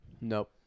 Nope